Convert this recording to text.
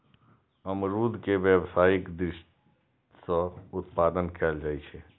अमरूद के व्यावसायिक दृषि सं उत्पादन कैल जाइ छै